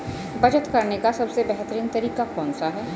बचत करने का सबसे बेहतरीन तरीका कौन सा है?